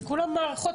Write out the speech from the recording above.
זה כולה מערכות.